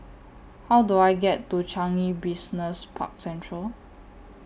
How Do I get to Changi Business Park Central